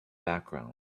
playground